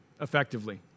effectively